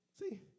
See